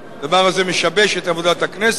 הדבר הזה משבש את עבודת הכנסת.